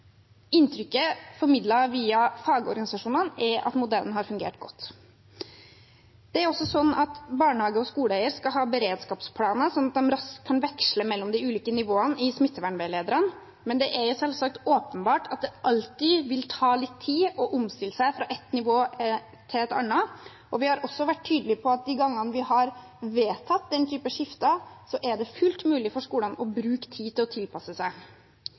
inntrykket formidlet via fagorganisasjonene er at modellen har fungert godt. Barnehage- og skoleeierne skal også ha beredskapsplaner, sånn at de raskt kan veksle mellom de ulike nivåene i smittevernveilederne, men det vil selvsagt alltid ta litt tid å omstille seg fra ett nivå til et annet. Vi har også vært tydelige på at de gangene vi har vedtatt den type skifter, er det fullt mulig for skolene å bruke tid på å tilpasse seg.